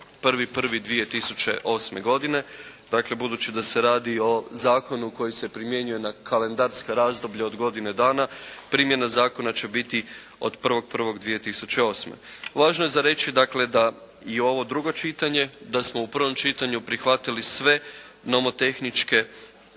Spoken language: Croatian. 1.1.2008. godine. Dakle budući da se radi o zakonu koji se primjenjuje na kalendarska razdoblja od godine dana primjena zakona će biti od 1.1.2008. Važno je za reći dakle da i ovo drugo čitanje, da smo u prvom čitanju prihvatili sve nomotehničke